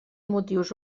motius